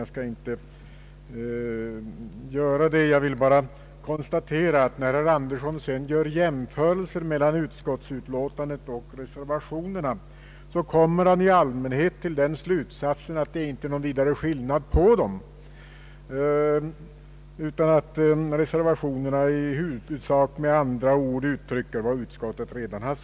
Jag skall dock inte göra det nu, jag vill bara konstatera att när herr Andersson sedan gör jämförelser mellan utskottsutlåtandet och reservationerna, så kommer han i allmänhet till den slutsatsen att det inte är så stor skillnad mellan dem utan att reservationerna med andra ord i huvudsak uttrycker vad utskottet redan sagt.